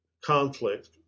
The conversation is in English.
conflict